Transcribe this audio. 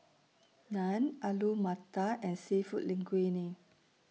Naan Alu Matar and Seafood Linguine